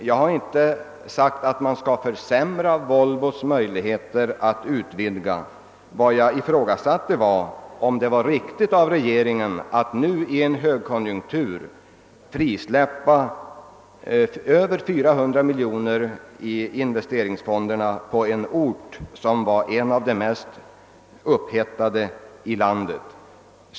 Jag har inte sagt att man skall försämra Volvos möjligheter att utvidga; vad jag ifrågasatte var om det var riktigt av regeringen att i en högkonjunktur frisläppa över 400 miljoner kronor av investeringsfondsmedel i en ort som var en av de ekonomiskt mest upp hettade i landet.